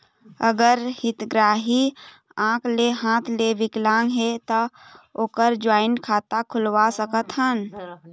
अगर हितग्राही आंख ले हाथ ले विकलांग हे ता ओकर जॉइंट खाता खुलवा सकथन?